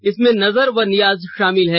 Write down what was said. इसमें नजर व नियाज शामिल हैं